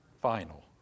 final